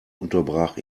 unterbrach